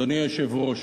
אדוני היושב-ראש,